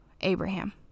Abraham